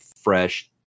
fresh